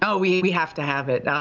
yeah we we have to have it.